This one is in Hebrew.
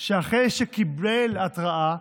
שאחרי שקיבל התראה,